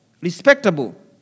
Respectable